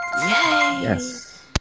Yes